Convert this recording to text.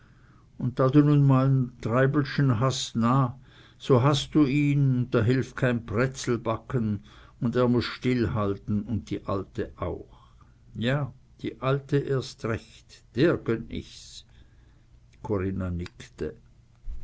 un da du nu mal den treibelschen hast na so hast du n un da hilft kein prätzelbacken un er muß stillhalten und die alte auch ja die alte erst recht der gönn ich's corinna nickte